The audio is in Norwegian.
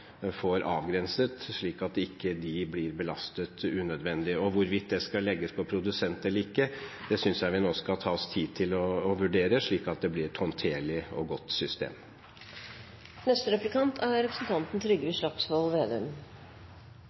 får avgrenset avgift, slik at de ikke blir belastet unødvendig. Hvorvidt det skal legges på produsenten eller ikke, synes jeg vi nå skal ta oss tid til å vurdere, slik at det blir et håndterlig og godt system. Først vil jeg si at Kristelig Folkeparti fikk til flere gode ting på frivillig sektor – det er